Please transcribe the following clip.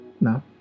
No